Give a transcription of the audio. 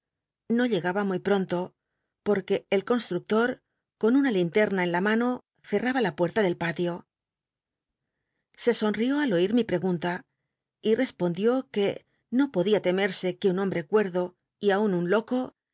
no llegaba muy pronto porque el constructor con una linterna en la mano ccrtaba la puerta del patio se somió al oit mi pregunta y t'cspondió c uc no podía temerse que un hombre cuerdo y aun un loco